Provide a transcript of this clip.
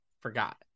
forgot